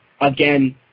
Again